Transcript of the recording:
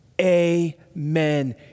Amen